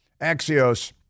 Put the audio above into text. Axios